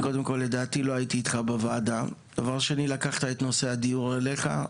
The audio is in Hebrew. דבר שני, לקחת את נושא הדיור אליך,